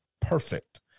perfect